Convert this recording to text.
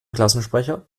klassensprecher